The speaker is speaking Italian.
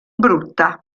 brutta